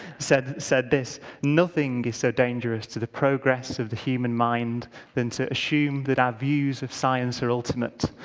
said said this, nothing is so dangerous to the progress of the human mind than to assume that our views of science are ultimate,